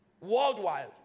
worldwide